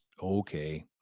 okay